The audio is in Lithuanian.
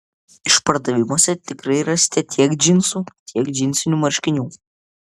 išpardavimuose tikrai rasite tiek džinsų tiek džinsinių marškinių